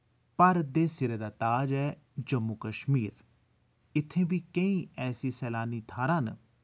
भारत दे सिरै दा ताज ऐ जम्मू कश्मीर इत्थै बी केईं ऐसी सैलानी थाह्रां न